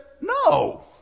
no